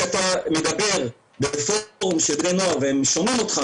כשאתה מדבר בפורום של בני נוער והם שומעים אותך,